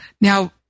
Now